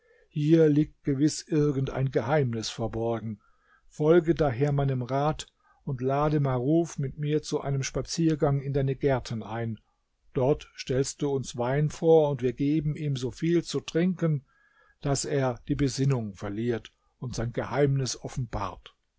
hier liegt gewiß irgend ein geheimnis verborgen folge daher meinem rat und lade maruf mit mir zu einem spaziergang in deine gärten ein dort stellst du uns wein vor und wir geben ihm so viel zu trinken daß er die besinnung verliert und sein geheimnis offenbart